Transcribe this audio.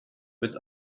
with